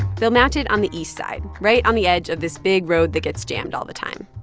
they'll match it on the east side, right on the edge of this big road that gets jammed all the time.